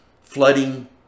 flooding